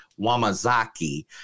Wamazaki